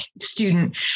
student